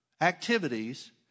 activities